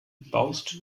baust